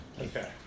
Okay